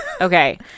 Okay